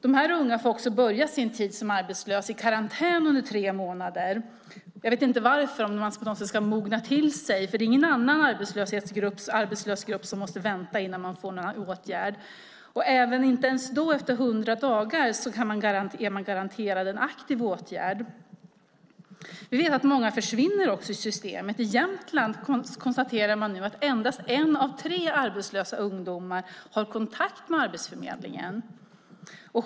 Dessa ungdomar får också börja sin tid som arbetslös i karantän under tre månader. Jag vet inte varför - om det är för att de ska mogna till sig - för det är ingen annan arbetslös grupp som måste vänta innan man får någon åtgärd. Inte ens efter 100 dagar är man garanterad en aktiv åtgärd. Vi vet att många också försvinner ur systemet. I Jämtland konstaterar man nu att endast en av tre arbetslösa ungdomar har kontakt med Arbetsförmedlingen.